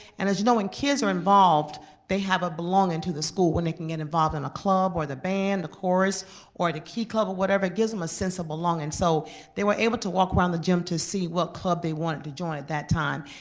and as you know, when kids are involved they have a belonging to the school when they can get involved in a club or the band, the chorus or the key club or whatever. it gives them a sense of belonging. so they were able to walk around the gym to see what club they wanted to join at that time.